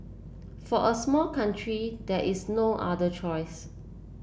for a small country there is no other choice